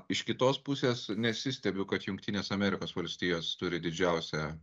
iš kitos pusės nesistebiu kad jungtinės amerikos valstijos turi didžiausią